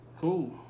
Cool